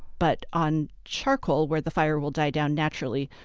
but on charcoal, where the fire will die down naturally,